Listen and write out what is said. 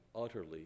utterly